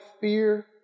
fear